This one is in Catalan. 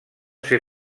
ser